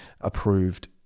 approved